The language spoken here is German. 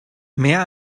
mehr